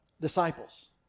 Disciples